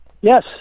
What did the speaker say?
Yes